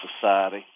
society